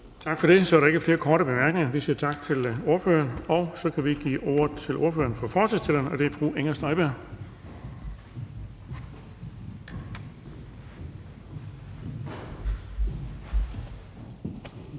Tak for det. Der er ikke flere korte bemærkninger, så vi siger tak til ordføreren. Så kan vi give ordet til ordføreren for forslagsstillerne, og det er fru Inger Støjberg.